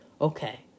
Okay